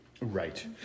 Right